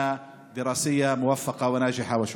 אתמול ללימודים באוניברסיטאות ובמוסדות האקדמיים.